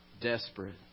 desperate